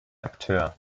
akteur